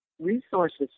resources